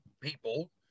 people –